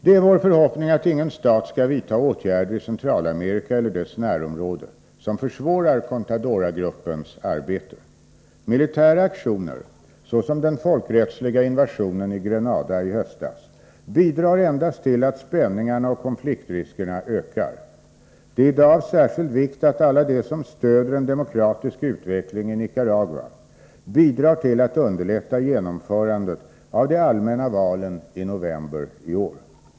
Det är vår förhoppning att ingen stat skall vidta åtgärder i Centralamerika eller dess närområde som försvårar Contadoragruppens arbete. Militära aktioner, såsom den folkrättsstridiga invasionen i Grenada i höstas, bidrar endast till att spänningarna och konfliktriskerna ökar. Det är i dag av särskild vikt att alla de som stöder en demokratisk utveckling i Nicaragua bidrar till att underlätta ett genomförande av de allmänna valen i november i år.